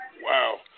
wow